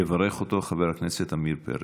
יברך אותו חבר הכנסת עמיר פרץ.